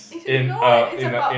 it's no it is about